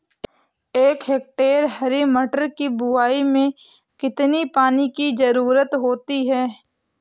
एक हेक्टेयर हरी मटर की बुवाई में कितनी पानी की ज़रुरत होती है?